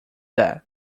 that